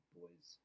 boys